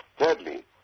Thirdly